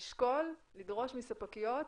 לשקול לדרוש מספקיות